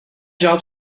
job